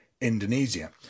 Indonesia